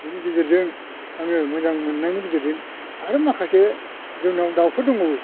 बेनि गेजेरजों आङो मोजां मोननायनि गेजेरजों आरो माखासे जोंनाव दाउफोर दङ